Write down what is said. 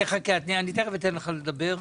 אני תכף אתן לך לדבר.